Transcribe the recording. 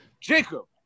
Jacob